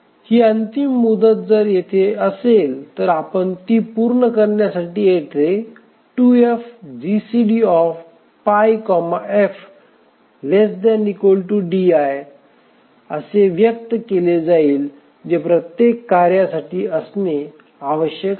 ही अंतिम मुदत जर येथे असेल तर आपण ती पूर्ण करण्यासाठी येथे 2F GCDpif ≤ di असे व्यक्त केले जाईल जे प्रत्येक कार्यासाठी असणे आवश्यक आहे